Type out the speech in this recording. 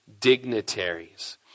dignitaries